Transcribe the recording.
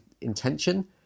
intention